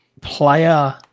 player